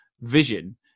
vision